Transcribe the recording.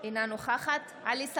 אינה נוכחת עלי סלאלחה,